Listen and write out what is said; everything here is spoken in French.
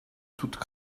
toutes